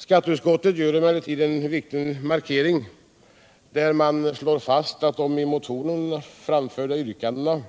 Skatteutskottet gör emellertid en viktig markering, där utskottet står fast att de i motionerna framförda yrkandena